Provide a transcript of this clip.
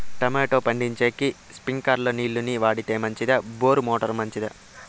Tomato పండించేకి స్ప్రింక్లర్లు నీళ్ళ ని వాడితే మంచిదా బోరు మోటారు మంచిదా?